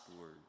word